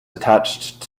attached